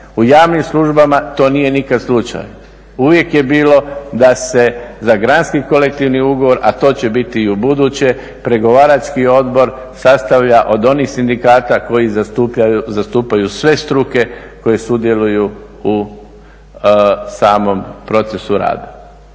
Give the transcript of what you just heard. U javnim službama to nikada nije slučaj. Uvijek je bilo da se za granski kolektivni ugovor, a to će biti i u buduće pregovarački odbor sastavlja od onih sindikata koji zastupaju sve struke koje sudjeluju u samom procesu rada.